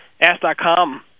Ask.com